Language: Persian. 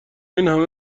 اینهمه